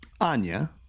Anya